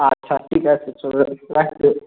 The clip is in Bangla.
আচ্ছা ঠিক আছে চলুন রাখছি